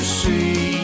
see